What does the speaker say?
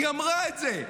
היא אמרה את זה,